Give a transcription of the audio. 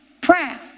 Proud